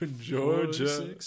Georgia